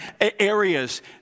areas